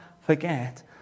forget